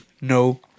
No